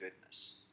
goodness